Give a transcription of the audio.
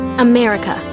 America